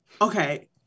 Okay